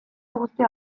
guztia